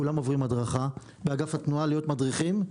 כולם עוברים הדרכה באגף התנועה להיות מדריכים.